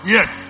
Yes